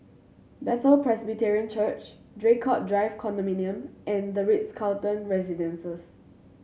Bethel Presbyterian Church Draycott Drive Condominium and The Ritz Carlton Residences